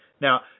Now